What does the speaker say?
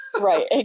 right